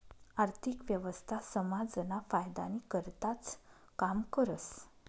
आर्थिक व्यवस्था समाजना फायदानी करताच काम करस